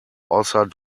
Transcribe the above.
außer